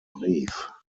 brief